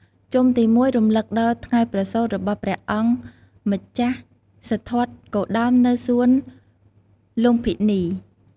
ជុំទី ១ រំលឹកដល់ ថ្ងៃប្រសូត របស់ព្រះអង្គម្ចាស់សិទ្ធត្ថគោតមនៅសួនលុម្ពិនី។